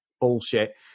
bullshit